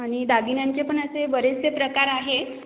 आणि दागिन्यांचे पण असे बरेचसे प्रकार आहेत